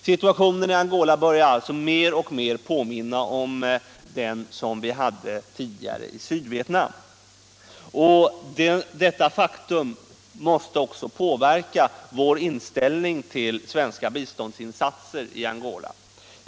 Situationen i Angola börjar alltså mer och mer påminna om den som man hade tidigare i Sydvietnam. Detta faktum måste också påverka vår inställning till svenska biståndsinsatser i Angola.